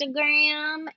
Instagram